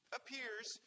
appears